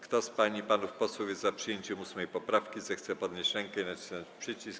Kto z pań i panów posłów jest za przyjęciem 8. poprawki, zechce podnieść rękę i nacisnąć przycisk.